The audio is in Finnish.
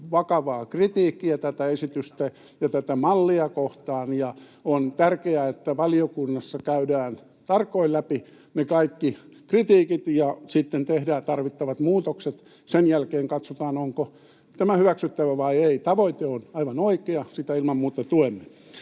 vakavaa kritiikkiä tätä esitystä ja tätä mallia kohtaan, ja on tärkeää, että valiokunnassa käydään tarkoin läpi ne kaikki kritiikit ja sitten tehdään tarvittavat muutokset. Sen jälkeen katsotaan, onko tämä hyväksyttävä vai ei. Tavoite on aivan oikea, sitä ilman muuta tuemme.